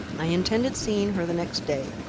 i intended seeing her the next day,